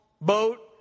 boat